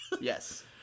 Yes